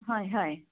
হয় হয়